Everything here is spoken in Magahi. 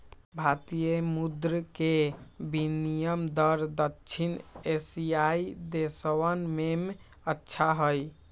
भारतीय मुद्र के विनियम दर दक्षिण एशियाई देशवन में अच्छा हई